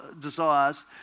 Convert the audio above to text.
desires